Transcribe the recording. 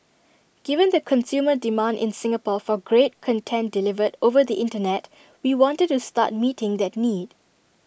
given the consumer demand in Singapore for great content delivered over the Internet we wanted to start meeting that need